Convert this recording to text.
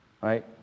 right